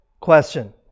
question